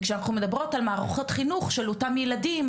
וכשאנחנו מדברות על מערכות חינוך של אותם ילדים,